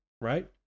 right